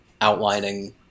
outlining